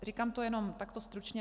Říkám to jenom takto stručně.